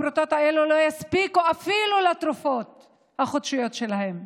הפרוטות האלה לא יספיקו אפילו לתרופות החודשיות שלהם.